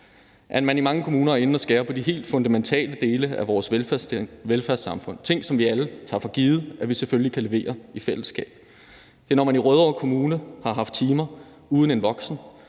for. I mange kommuner er man inde at skære på de helt fundamentale dele af vores velfærdssamfund – ting, som vi alle tager for givet at vi selvfølgelig kan levere i fællesskab. Når man i Rødovre Kommune har haft timer uden en voksen,